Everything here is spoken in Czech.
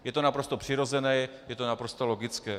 Je to naprosto přirozené, je to naprosto logické.